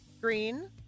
green